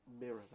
mirror